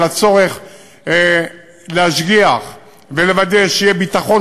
על הצורך להשגיח ולוודא שיהיה ביטחון